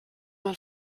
man